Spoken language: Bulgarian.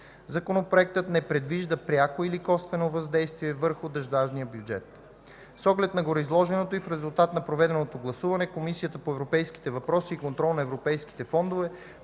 Законопроектът не предвижда пряко и/или косвено въздействие върху държавния бюджет. С оглед на гореизложеното и в резултат на проведеното гласуване, Комисията по европейските въпроси и контрол на европейските фондове